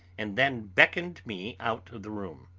and then beckoned me out of the room.